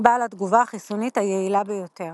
בעל התגובה החיסונית היעילה ביותר.